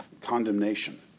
condemnation